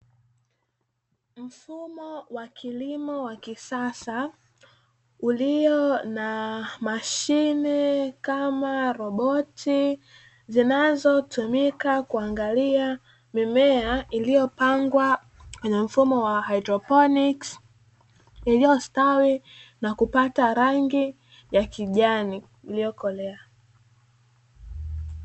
Mfumo wa kilimo wa kisasa ulio na mashine kama roboti zinazotumika kuangalia mimea iliyopangwa na mfumo wa haidroponi iliyostawi na kupata rangi ya kijani uliyokolea.